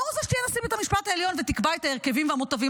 לא רוצה שתהיה נשיא בית המשפט העליון ותקבע את ההרכבים והמוטבים.